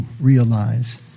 realize